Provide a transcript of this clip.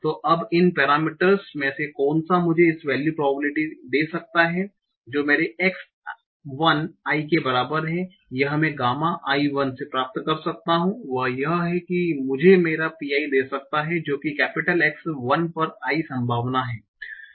तो अब इन पेरामीटरस में से कोनसा मुझे इस वेल्यू प्रोबेबिलिटी दे सकता है जो मेरे x 1 i के बराबर है यह मैं गामा i 1 से प्राप्त कर सकता हूं वह यह है कि मुझे मेरा pi दे सकता है जो कि X 1 पर i संभावना है